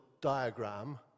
diagram